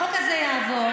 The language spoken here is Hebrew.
החוק הזה יעבור,